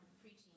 preaching